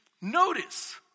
Notice